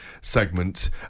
segment